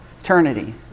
Eternity